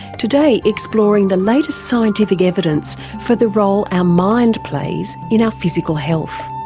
today exploring the latest scientific evidence for the role our mind plays in our physical health.